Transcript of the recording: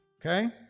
okay